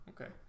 okay